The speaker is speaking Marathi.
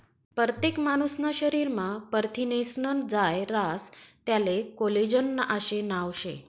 परतेक मानूसना शरीरमा परथिनेस्नं जायं रास त्याले कोलेजन आशे नाव शे